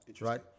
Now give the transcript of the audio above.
Right